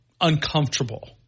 uncomfortable